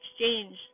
exchange